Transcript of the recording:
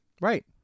Right